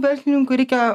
verslininkui reikia